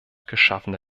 geschaffene